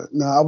no